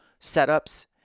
setups